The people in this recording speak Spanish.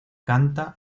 canta